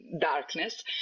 darkness